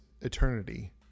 eternity